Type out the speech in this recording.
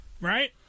right